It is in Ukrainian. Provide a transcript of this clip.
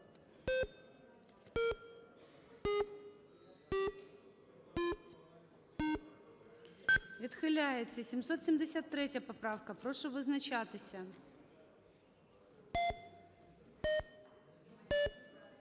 Відхиляється. 773 поправка. Прошу визначатися.